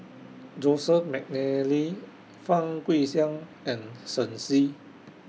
Joseph Mcnally Fang Guixiang and Shen Xi